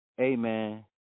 Amen